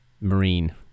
Marine